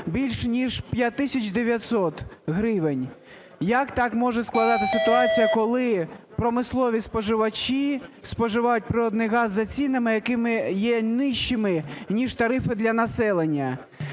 більш ніж 5 тисяч 900 гривень. Як так може складатись ситуація, коли промислові споживачі споживають природний газ за цінами, які є нижчими, ніж тарифи для населення?